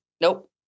Nope